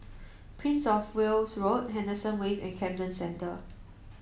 Princess Of Wales Road Henderson Wave and Camden Centre